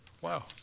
Wow